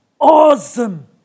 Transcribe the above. awesome